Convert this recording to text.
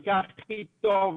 במקרה הכי טוב,